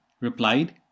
replied